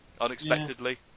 unexpectedly